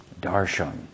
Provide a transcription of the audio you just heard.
darshan